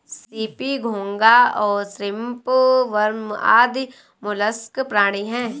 CP, घोंगा और shrimp worm आदि मौलास्क प्राणी हैं